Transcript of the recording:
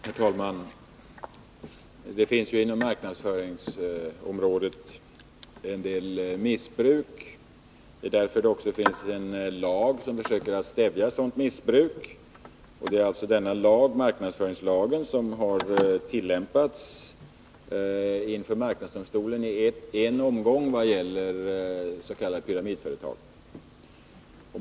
Herr talman! Det förekommer inom marknadsföringsområdet en del missbruk, och det är därför det finns en lag som försöker stävja sådant missbruk. Det är alltså denna lag, marknadsföringslagen, som har tillämpats i marknadsdomstolen i en omgång vad gäller ett s.k. pyramidföretag.